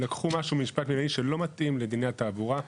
שלקחו משהו ממשפט פלילי שלא מתאים לדיני התעבורה.